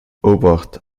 obacht